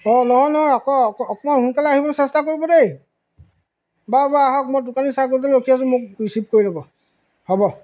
অ' নহয় নহয় অকণমান সোনকালে আহিবলৈ চেষ্টা কৰিব দেই বাৰু বাৰু আহক মই টুকানী চাৰ্কলতে ৰখি আছোঁ মোক ৰিচিভ কৰি ল'ব হ'ব